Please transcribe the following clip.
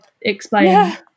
explain